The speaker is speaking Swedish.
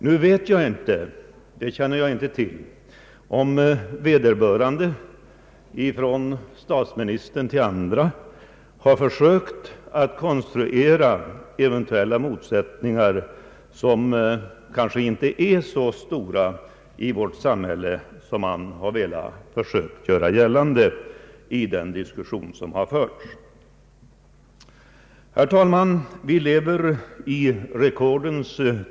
Nu vet jag inte och känner inte till om vederbörande — statsministern och andra — har försökt konstruera eventuella motsättningar, som kanske inte är så stora i vårt samhälle som man i den diskussion som har förts har velat göra gällande.